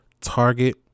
target